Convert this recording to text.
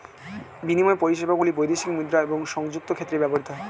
বিনিময় পরিষেবাগুলি বৈদেশিক মুদ্রা এবং সংযুক্ত ক্ষেত্রে ব্যবহৃত হয়